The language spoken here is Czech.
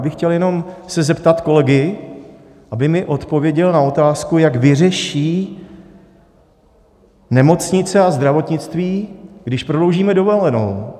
Já bych se chtěl jenom zeptat kolegy, aby mi odpověděl na otázku, jak vyřeší nemocnice a zdravotnictví, když prodloužíme dovolenou.